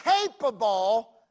capable